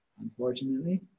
unfortunately